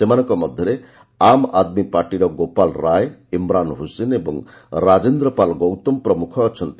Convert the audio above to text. ସେମାନଙ୍କ ମଧ୍ୟରେ ଆମ୍ ଆଦ୍ମୀ ପାର୍ଟିର ଗୋପାଲ ରାୟ ଇମ୍ରାନ୍ ହସେନ ଏବଂ ରାଜେନ୍ଦ୍ର ପାଲ୍ ଗୌତମ ପ୍ରମୁଖ ଅଛନ୍ତି